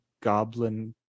goblin